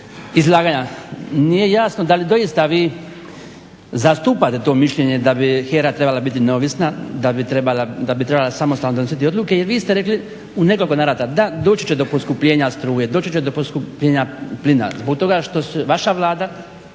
izlaganja nije jasno da li doista vi zastupate to mišljenje da bi HERA trebala biti neovisna, da bi trebala samostalno donositi odluke jer vi ste rekli u nekoliko navrata da, doći će do poskupljenja struje, doći će do poskupljenja plina zbog toga što Vlada,